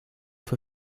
für